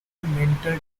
mental